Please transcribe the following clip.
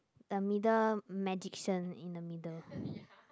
the middle magician in the middle